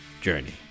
journey